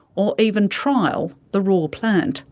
or even trial the raw plant.